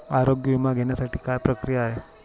आरोग्य विमा घेण्यासाठी काय प्रक्रिया आहे?